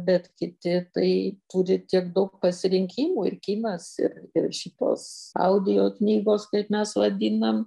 bet kiti tai turi tiek daug pasirinkimų ir kinas ir ir šitos audijo knygos kaip mes vadinam